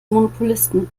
monopolisten